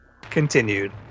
continued